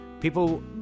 people